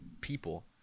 people